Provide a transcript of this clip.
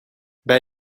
bij